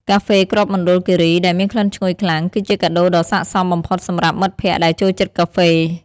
កាហ្វេគ្រាប់មណ្ឌលគិរីដែលមានក្លិនឈ្ងុយខ្លាំង គឺជាកាដូដ៏ស័ក្តិសមបំផុតសម្រាប់មិត្តភក្តិដែលចូលចិត្តកាហ្វេ។